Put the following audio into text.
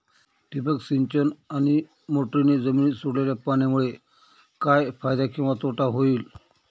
ठिबक सिंचन आणि मोटरीने जमिनीत सोडलेल्या पाण्यामुळे काय फायदा किंवा तोटा होईल?